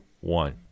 one